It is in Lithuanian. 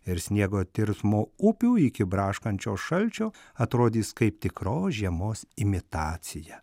ir sniego tirpsmo upių iki braškančio šalčio atrodys kaip tikros žiemos imitacija